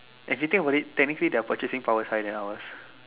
and to think about it technically their purchasing power is higher than ours